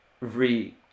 re